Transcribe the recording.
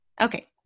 Okay